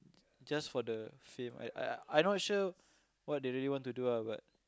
just for the fame I I I not sure what they really to do ah but